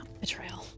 Betrayal